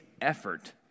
effort